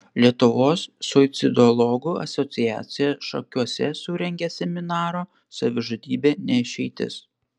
lietuvos suicidologų asociacija šakiuose surengė seminarą savižudybė ne išeitis